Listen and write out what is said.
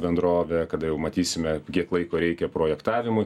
bendrove kada jau matysime kiek laiko reikia projektavimui